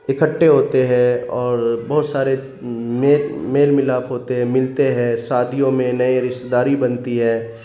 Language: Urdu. اکھٹے ہوتے ہیں اور بہت سارے میل میل ملاپ ہوتے ہیں ملتے ہیں شادیوں میں نئے رشتہ داری بنتی ہے